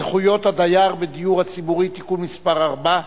זכויות הדייר בדיור הציבורי (תיקון מס' 4)